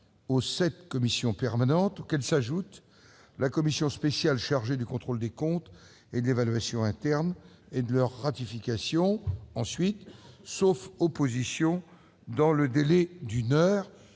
aux sept commissions permanentes et à la commission spéciale chargée du contrôle des comptes et de l'évaluation interne, et de leur ratification sauf opposition dans le délai d'une heure.